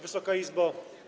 Wysoka Izbo!